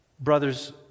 Brothers